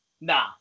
nah